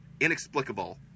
Inexplicable